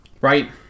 Right